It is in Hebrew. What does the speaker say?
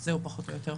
זה פחות או יותר.